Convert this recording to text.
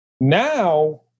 Now